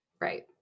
Right